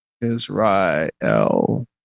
Israel